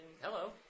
Hello